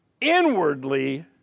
Inwardly